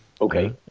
Okay